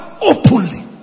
openly